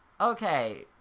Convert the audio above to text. Okay